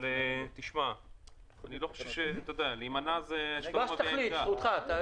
תשמע, להימנע זה --- העיקר שתחליט, זכותך.